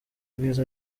bwiza